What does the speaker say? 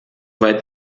weit